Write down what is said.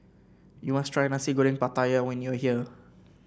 you must try Nasi Goreng Pattaya when you are here